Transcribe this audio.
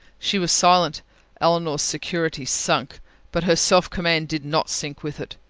she was silent elinor's security sunk but her self-command did not sink with it.